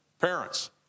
parents